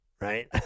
right